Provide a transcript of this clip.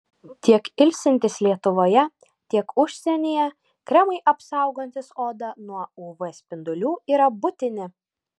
tiek ilsintis lietuvoje tiek užsienyje kremai apsaugantys odą nuo uv spindulių yra būtini